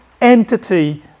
entity